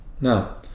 Now